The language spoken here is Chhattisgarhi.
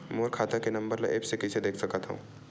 मोर खाता के नंबर ल एप्प से कइसे देख सकत हव?